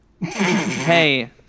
hey